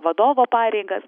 vadovo pareigas